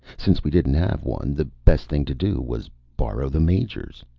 since we didn't have one, the best thing to do was borrow the major's.